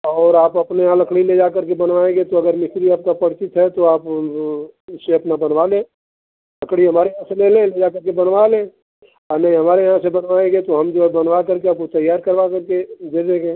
और आप अपने यहाँ लकड़ी लेजाकर के बनवाएँगे तो अगर मिस्त्री आपका परिचित है तो आप उससे अपना बनवा लें लकड़ी हमारे यहाँ से ले लें लेजाकर के बनवा लें नही हमारे यहाँ से बनवाएँगे तो हम जो है बनवाकर के आपको तैयार करवा करके दे देंगे